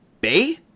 Bay